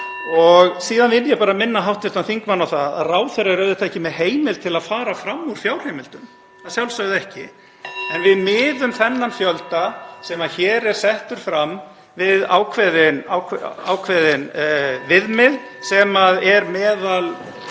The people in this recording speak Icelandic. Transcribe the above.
Síðan vil ég bara minna hv. þingmann á það að ráðherra er ekki með heimild til að fara fram úr fjárheimildum, að sjálfsögðu ekki. En við miðum þennan fjölda sem hér er settur fram við ákveðin viðmið sem er